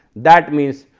that means,